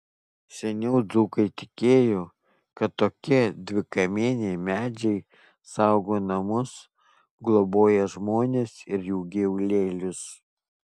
seniau dzūkai tikėjo kad tokie dvikamieniai medžiai saugo namus globoja žmones ir jų gyvulėlius